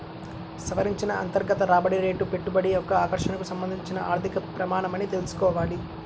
సవరించిన అంతర్గత రాబడి రేటు పెట్టుబడి యొక్క ఆకర్షణకు సంబంధించిన ఆర్థిక ప్రమాణమని తెల్సుకోవాలి